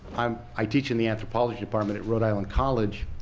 um i teach in the anthropology department at rhode island college,